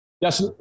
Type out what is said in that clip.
Yes